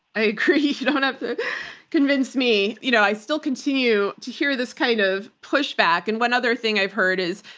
i agree. you don't have to convince me. you know i still continue to hear this kind of pushback. and one other thing i've heard is,